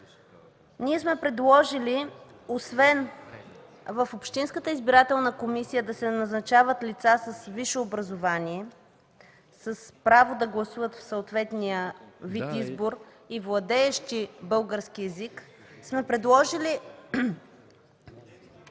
е: предложили сме освен в общинската избирателна комисия да се назначават лица с висше образование, с право да гласуват в съответния вид избор и владеещи български език, предложили